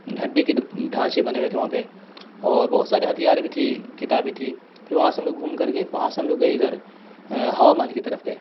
ہڈی کے ڈھانچے بنے ہوئے تھے وہاں پہ اور بہت سارے ہتھیار بھی تھی کتابیں تھی پھر وہاں سے ہم لوگ گھوم کر کے وہاں سے ہم لوگ گیے ادھر ہوا محل کی طرف گیے